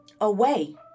away